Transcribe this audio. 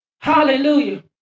Hallelujah